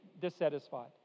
dissatisfied